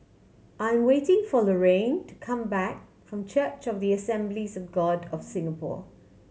I'm waiting for Laraine to come back from Church of the Assemblies of God of Singapore